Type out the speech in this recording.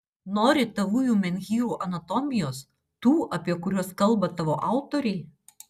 nori tavųjų menhyrų anatomijos tų apie kuriuos kalba tavo autoriai